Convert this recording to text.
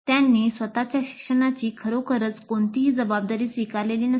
त्यांनी स्वतःच्या शिक्षणाची खरोखरच कोणतीही जबाबदारी स्वीकारलेली नसते